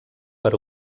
per